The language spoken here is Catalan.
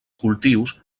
cultius